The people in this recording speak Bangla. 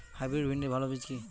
হাইব্রিড ভিন্ডির ভালো বীজ কি?